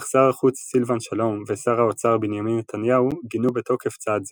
אך שר החוץ סילבן שלום ושר האוצר בנימין נתניהו גינו בתוקף צעד זה.